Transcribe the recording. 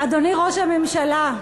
אדוני ראש הממשלה,